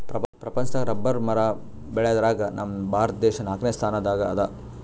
ಪ್ರಪಂಚದಾಗ್ ರಬ್ಬರ್ ಮರ ಬೆಳ್ಯಾದ್ರಗ್ ನಮ್ ಭಾರತ ದೇಶ್ ನಾಲ್ಕನೇ ಸ್ಥಾನ್ ದಾಗ್ ಅದಾ